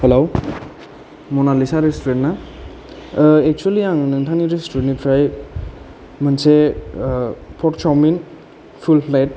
hello Mona Lisa रेस्टुरेन्टना actually आं नोंथांनि रेस्टुरेन्ट निफ्राय मोनसे पर्क चावमिन फुल प्लेट